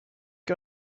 you